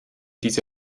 diese